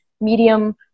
medium